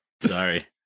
Sorry